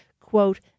quote